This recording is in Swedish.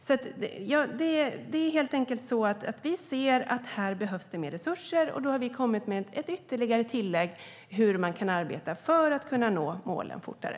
Vi ser helt enkelt att det behövs mer resurser här, och då har vi kommit med ett ytterligare tillägg om hur man kan arbeta för att nå målen fortare.